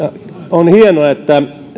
on hienoa että